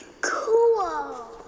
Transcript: Cool